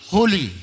Holy